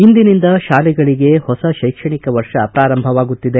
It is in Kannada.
ಇಂದಿನಿಂದ ಶಾಲೆಗಳಿಗೆ ಹೊಸ ಶೈಕ್ಷಣಿಕ ವರ್ಷ ಪ್ರಾರಂಭವಾಗುತ್ತಿದೆ